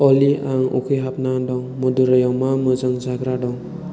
अलि आं उखैहाबना दं मधुराइआव मा मोजां जाग्रा दं